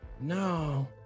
no